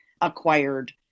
acquired